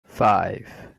five